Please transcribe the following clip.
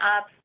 up